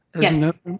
Yes